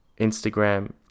Instagram